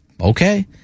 okay